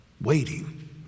Waiting